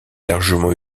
largement